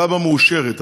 תב"ע מאושרת.